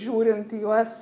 žiūrint į juos